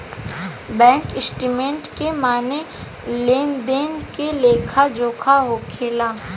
bank statement के माने लेन देन के लेखा जोखा होखेला